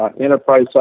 Enterprise